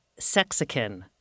sexican